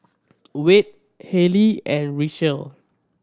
Wade Halley and Richelle